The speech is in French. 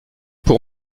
pour